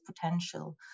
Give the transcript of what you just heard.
potential